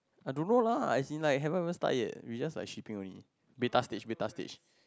I don't know lah as in like haven't even start yet we just like shipping only beta stage beta stage